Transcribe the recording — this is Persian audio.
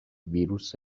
ویروس